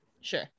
Sure